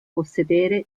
possedere